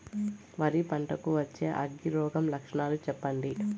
వరి పంట కు వచ్చే అగ్గి రోగం లక్షణాలు చెప్పండి?